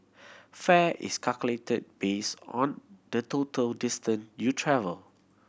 fare is calculated based on total distance you travel